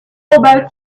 about